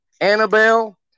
Annabelle